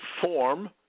form